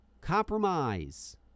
Compromise